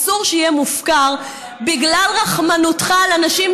אסור שיהיה מופקר בגלל רחמנותך על אנשים,